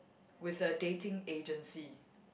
with a dating agency